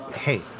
Hey